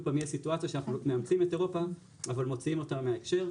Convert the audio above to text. סיטואציה שאנחנו מאמצים את אירופה אבל מוציאים אותה מההקשר.